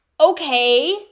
Okay